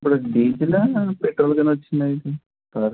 ఇప్పుడు ఇది డీజిల్ల పెట్రోల్ కానీ వచ్చిందా ఇది కారు